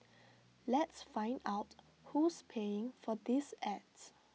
let's find out who's paying for these ads